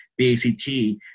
BACT